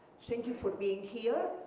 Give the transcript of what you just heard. thank you for being here.